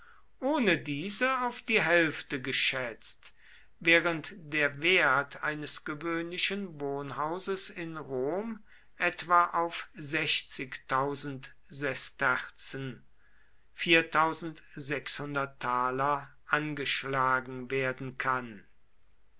ohne diese auf die hälfte geschätzt während der wert eines gewöhnlichen wohnhauses in rom etwa auf sesterzen angeschlagen werden kann